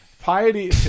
Piety